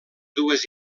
dues